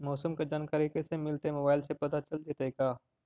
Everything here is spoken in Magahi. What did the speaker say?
मौसम के जानकारी कैसे मिलतै मोबाईल से पता चल जितै का?